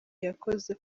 yakoze